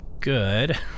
good